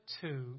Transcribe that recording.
two